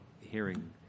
hearing